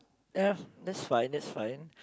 ya that's fine that's fine